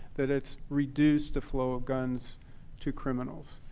that it's reduced the flow of guns to criminals.